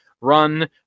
run